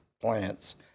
plants